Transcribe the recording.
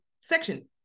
section